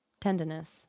Tenderness